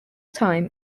time